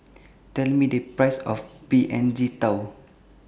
Tell Me The Price of P N G Tao